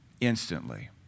instantly